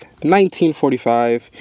1945